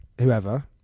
whoever